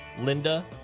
Linda